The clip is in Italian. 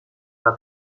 alla